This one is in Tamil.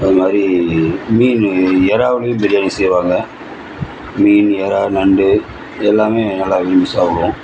அது மாதிரி மீனு இறாவுலையும் பிரியாணி செய்வாங்க மீன் இறால் நண்டு எல்லாமே நல்லா விரும்பி சாப்புடுவோம்